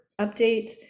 update